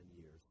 years